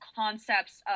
concepts